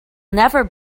never